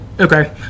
Okay